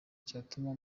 cyatuma